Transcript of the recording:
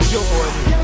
Jordan